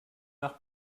nach